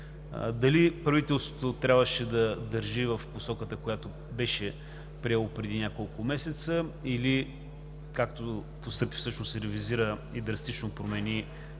Дали правителството трябваше да държи посоката, която беше приело преди няколко месеца, или, както постъпи всъщност – ревизира и драстично промени